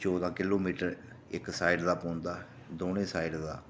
चौदां किलोमीटर इक्क साईड दा पौंदा ऐ दौनें साईड दा